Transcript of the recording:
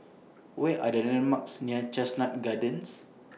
Where Are The landmarks near Chestnut Gardens